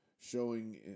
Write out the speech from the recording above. showing